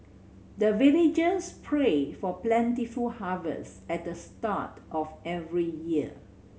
the villagers pray for plentiful harvest at the start of every year